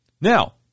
Now